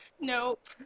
Nope